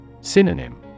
Synonym